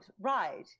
right